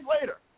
later